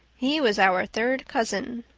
he was our third cousin.